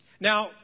Now